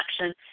action